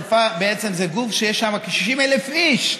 בעצם זה גוף שיש בו כ-60,000 איש.